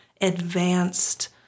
advanced